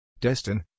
Destin –